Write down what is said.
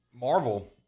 Marvel